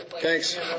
Thanks